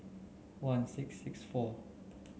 one six six four